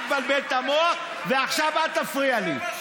אל תבלבל את המוח, ועכשיו אל תפריע לי.